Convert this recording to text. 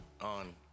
on